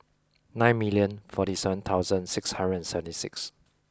nine million forty seven thousand six hundred and seventy six